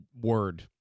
word